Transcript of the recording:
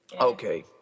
Okay